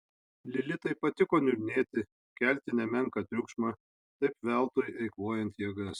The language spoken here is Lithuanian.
lilitai patiko niurnėti kelti nemenką triukšmą taip veltui eikvojant jėgas